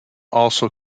also